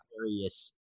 various